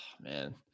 Man